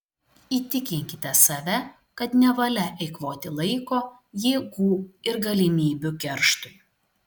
įtikinkite save kad nevalia eikvoti laiko jėgų ir galimybių kerštui